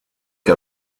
que